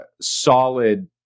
solid